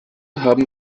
haben